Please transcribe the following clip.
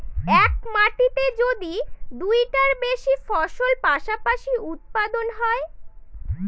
এক মাটিতে যদি দুইটার বেশি ফসল পাশাপাশি উৎপাদন হয়